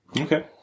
Okay